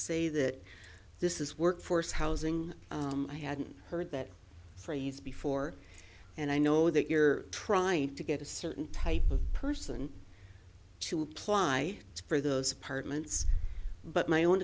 say that this is workforce housing i hadn't heard that phrase before and i know that you're trying to get a certain type of person to apply for those apartments but my own